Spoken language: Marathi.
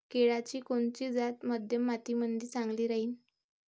केळाची कोनची जात मध्यम मातीमंदी चांगली राहिन?